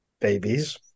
babies